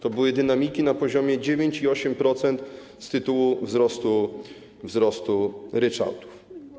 To były dynamiki na poziomie 9 i 8% z tytułu wzrostu ryczałtów.